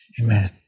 Amen